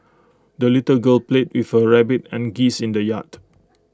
the little girl played with her rabbit and geese in the yard